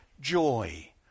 joy